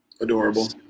Adorable